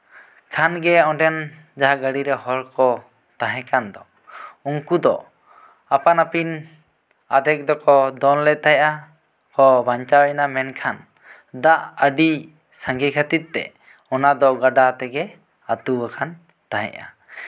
ᱠᱷᱟᱱ ᱜᱮ ᱚᱸᱰᱮᱱ ᱡᱟᱦᱟᱸ ᱜᱟᱹᱰᱤ ᱨᱮ ᱦᱚᱲ ᱠᱚ ᱛᱟᱦᱮᱸ ᱠᱟᱱ ᱫᱚ ᱩᱱᱠᱩ ᱫᱚ ᱟᱯᱟᱱᱼᱟᱯᱤᱱ ᱟᱫᱚᱠ ᱫᱚᱠᱚ ᱫᱚᱱ ᱞᱮᱫ ᱛᱟᱦᱮᱸᱫᱼᱟ ᱩᱱᱠᱩ ᱠᱚ ᱵᱟᱧᱪᱟᱣᱮᱱᱟ ᱢᱮᱱᱠᱷᱟᱱ ᱫᱟᱜ ᱟᱹᱰᱤ ᱥᱟᱸᱜᱮ ᱠᱷᱟᱹᱛᱤᱨ ᱛᱮ ᱚᱱᱟ ᱫᱚ ᱜᱟᱰᱟ ᱛᱮᱜᱮ ᱟᱛᱩᱣᱟᱠᱟᱱ ᱛᱟᱦᱮᱸᱫᱼᱟ